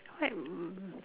that